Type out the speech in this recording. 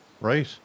Right